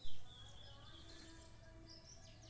मुझे मटर के ज्यादा पैदावार के लिए कोई उपाय बताए?